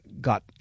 got